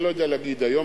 אני לא יודע להגיד היום,